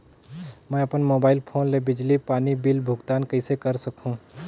मैं अपन mobile phone ले बिजली पानी बिल भुगतान कइसे कर सकहुं?